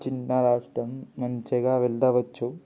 చిన్న రాష్ట్రం మంచిగా వెళ్ళవచ్చు